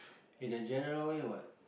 in a general way what